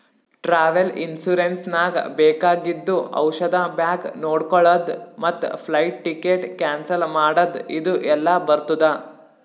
travel insurance ನಾಗ್ ಬೇಕಾಗಿದ್ದು ಔಷಧ ಬ್ಯಾಗ್ ನೊಡ್ಕೊಳದ್ ಮತ್ ಫ್ಲೈಟ್ ಟಿಕೆಟ್ ಕ್ಯಾನ್ಸಲ್ ಮಾಡದ್ ಇದು ಎಲ್ಲಾ ಬರ್ತುದ